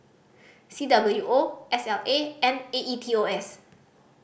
C W O S L A and A E T O S